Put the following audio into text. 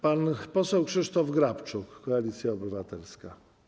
Pan poseł Krzysztof Grabczuk, Koalicja Obywatelska.